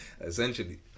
essentially